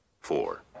Four